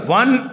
one